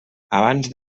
abans